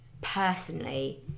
personally